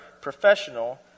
professional